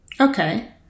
Okay